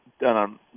done